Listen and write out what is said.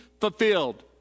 fulfilled